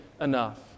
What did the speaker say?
enough